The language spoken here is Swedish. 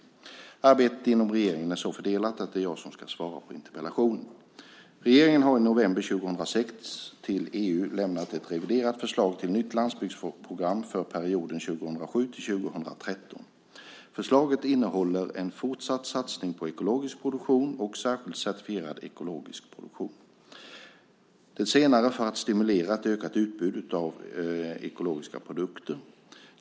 Arbetet inom regeringen är så fördelat att det är jag som ska svara på interpellationen. Regeringen har i november 2006 till EU lämnat ett reviderat förslag till nytt landsbygdsprogram för perioden 2007-2013. Förslaget innehåller en fortsatt satsning på ekologisk produktion och särskilt certifierad ekologisk produktion - det senare för att stimulera ett ökat utbud av ekologiska produkter.